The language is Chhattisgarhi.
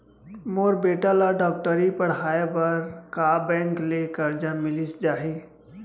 मोर बेटा ल डॉक्टरी पढ़ाये बर का बैंक ले करजा मिलिस जाही?